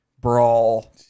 brawl